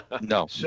No